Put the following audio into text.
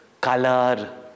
color